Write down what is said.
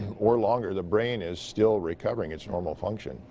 or longer, the brain is still recovering its normal function,